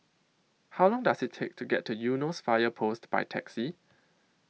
How Long Does IT Take to get to Eunos Fire Post By Taxi